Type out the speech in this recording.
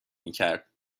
میکرد